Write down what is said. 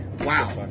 Wow